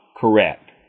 Correct